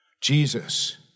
Jesus